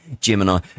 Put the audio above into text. Gemini